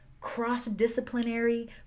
cross-disciplinary